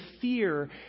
fear